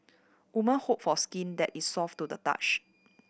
woman hope for skin that is soft to the touch